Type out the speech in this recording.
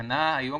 התקנה היום